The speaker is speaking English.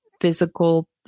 physical